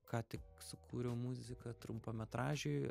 ką tik sukūriau muziką trumpametražiui